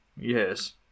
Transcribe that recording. Yes